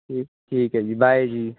ਠੀਕ ਹੈ ਜੀ ਬਾਏ ਜੀ